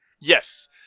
Yes